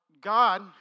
God